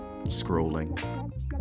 scrolling